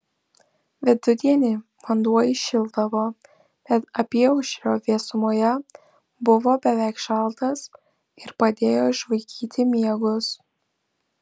vidudienį vanduo įšildavo bet apyaušrio vėsumoje buvo beveik šaltas ir padėjo išvaikyti miegus